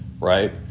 right